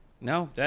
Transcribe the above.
No